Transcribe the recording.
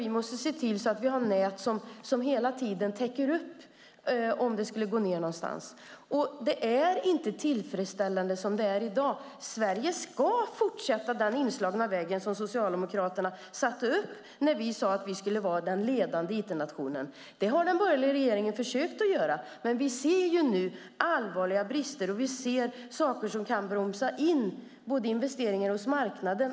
Vi måste se till att vi har nät som hela tiden täcker upp om det skulle sluta fungera någonstans. Det är inte tillfredsställande i dag. Sverige ska fortsätta på den inslagna väg som Socialdemokraterna satte upp när vi sade att vi skulle vara den ledande it-nationen. Det har den borgerliga regeringen försökt göra. Men vi ser nu allvarliga brister, och vi ser saker som kan bromsa in investeringar hos marknaden.